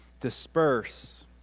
disperse